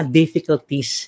difficulties